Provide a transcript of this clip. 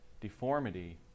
deformity